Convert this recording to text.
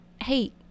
hey